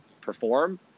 perform